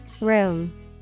Room